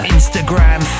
Instagram